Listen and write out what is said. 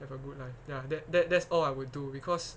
have a good life ya that that that's all I would do because